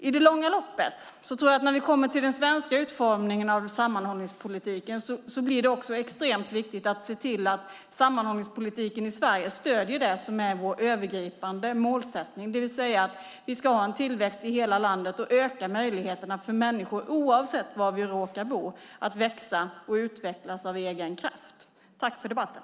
I det långa loppet tror jag att det när vi kommer till den svenska utformningen av sammanhållningspolitiken blir extremt viktigt att se till att den stöder det som är vår övergripande målsättning, det vill säga att vi ska ha en tillväxt i hela landet och öka möjligheterna för människor, oavsett var de råkar bo, att växa och utvecklas av egen kraft. Tack för debatten!